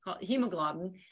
hemoglobin